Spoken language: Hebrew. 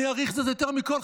אני אעריך את זה יותר מכול.